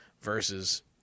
versus